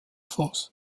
force